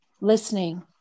listening